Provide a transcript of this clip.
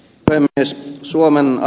arvoisa puhemies